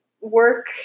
work